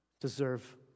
deserve